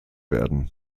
werden